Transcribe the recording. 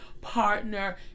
partner